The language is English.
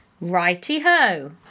Righty-ho